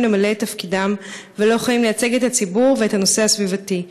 למלא את תפקידם ולא יכולים לייצג את הציבור ואת הנושא הסביבתי.